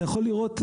אתה יכול לראות,